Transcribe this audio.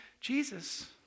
Jesus